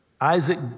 Isaac